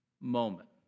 moment